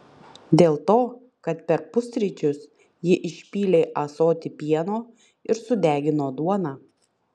dėl to kad per pusryčius ji išpylė ąsotį pieno ir sudegino duoną